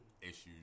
issues